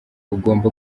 ugomba